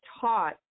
taught